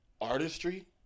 artistry